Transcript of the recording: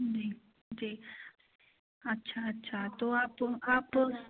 जी जी अच्छा अच्छा तो आप आप